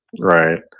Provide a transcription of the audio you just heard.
Right